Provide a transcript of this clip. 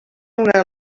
una